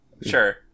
Sure